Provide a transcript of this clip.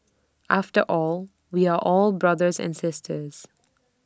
after all we are all brothers and sisters